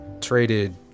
traded